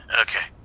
Okay